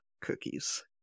cookies